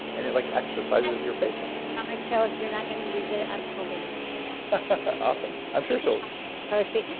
and it like exercises your face muscles my um like show if you're not going to use it, i'm totally going to use it awesome. i'm sure she'll crows feet.